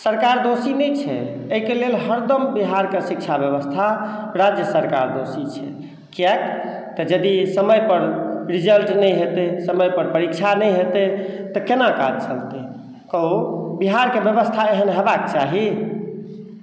सरकार दोषी नहि छै अइके लेल हरदम बिहारके शिक्षा व्यवस्था राज्य सरकार दोषी छै किएक तऽ यदि समयपर रिजल्ट नहि हेतै समयपर परीक्षा नहि हेतै तऽ केना काज चलतै कहू बिहारके व्यवस्था एहन हेबाके चाही